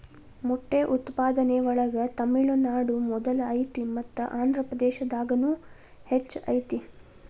ಮೊಟ್ಟೆ ಉತ್ಪಾದನೆ ಒಳಗ ತಮಿಳುನಾಡು ಮೊದಲ ಐತಿ ಮತ್ತ ಆಂದ್ರಪ್ರದೇಶದಾಗುನು ಹೆಚ್ಚ ಐತಿ